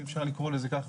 שאפשר לקרוא לזה כך,